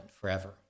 forever